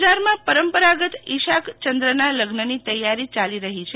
અંજારમાં પરંપરાગત ઈશાકચંદ્રના લગ્નની તૈયારી ચાલી રહી છે